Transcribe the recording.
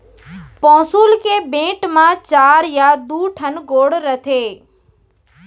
पौंसुल के बेंट म चार या दू ठन गोड़ रथे